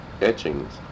etchings